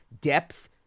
depth